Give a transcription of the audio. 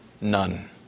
none